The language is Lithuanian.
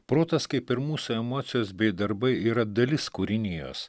protas kaip ir mūsų emocijos bei darbai yra dalis kūrinijos